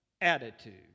attitude